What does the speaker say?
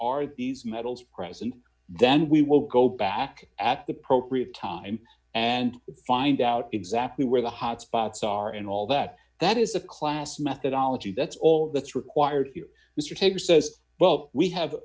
are these metals present then we will go back at the propre time and find out exactly where the hot spots are in all that that is a class methodology that's all that's required here is your take says well we have